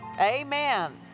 Amen